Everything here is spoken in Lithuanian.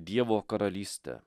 dievo karalystė